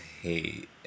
hate